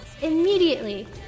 immediately